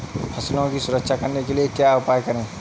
फसलों की सुरक्षा करने के लिए क्या उपाय करें?